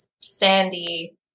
sandy